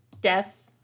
death